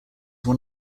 one